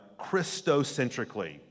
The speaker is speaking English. Christocentrically